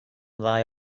ddau